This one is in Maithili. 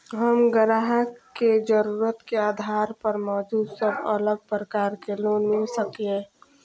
हम ग्राहक के जरुरत के आधार पर मौजूद सब अलग प्रकार के लोन मिल सकये?